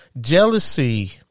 Jealousy